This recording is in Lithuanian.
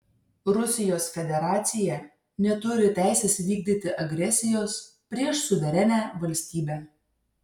rusijos federacija neturi teisės vykdyti agresijos prieš suverenią valstybę